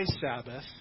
Sabbath